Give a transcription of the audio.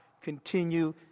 continue